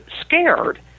scared